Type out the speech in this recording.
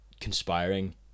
conspiring